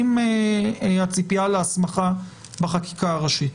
עם הציפייה להסמכה בחקיקה הראשית.